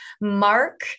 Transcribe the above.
Mark